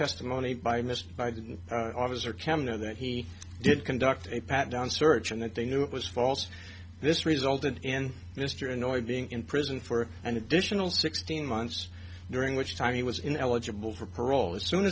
testimony by mr by the officer can know that he did conduct a pat down search and that they knew it was false this resulted in mr annoyed being in prison for an additional sixteen months during which time he was in eligible for parole as soon